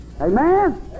Amen